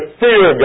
fear